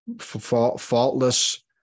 faultless